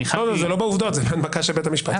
זה לא בעובדות, זה הנמקה של בית המשפט.